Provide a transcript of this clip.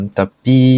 tapi